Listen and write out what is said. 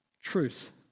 truth